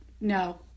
no